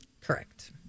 Correct